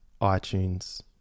iTunes